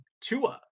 Tua